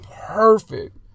perfect